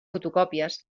fotocòpies